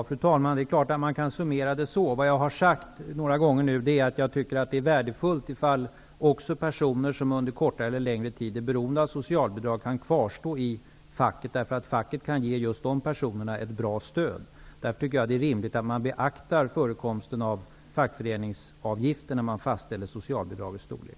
Fru talman! Det är klart att man kan summera det så. Jag har sagt några gånger nu att jag tycker att det är värdefullt om även personer som under kortare eller längre tid är beroende av socialbidrag kan kvarstå i facket. Facket kan ge just de personerna ett bra stöd. Därför är det rimligt att man beaktar förekomsten av fackföreningsavgifter när man fastställer socialbidragets storlek.